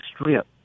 strip